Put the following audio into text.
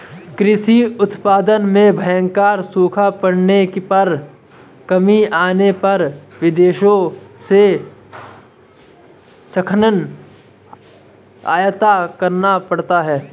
कृषि उत्पादन में भयंकर सूखा पड़ने पर कमी आने पर विदेशों से खाद्यान्न आयात करना पड़ता है